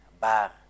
Bar